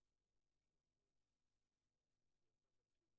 ואנחנו גם עסוקים בלהביא חיים לעולם,